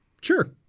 sure